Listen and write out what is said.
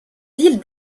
ville